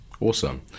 awesome